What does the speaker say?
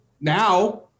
Now